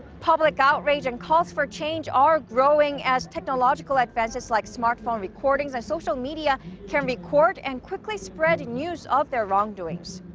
public outrage and calls for change are growing as technological advances, like smartphone recordings and social media can record and quickly spread news of their wrongdoings.